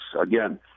Again